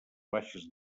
baixes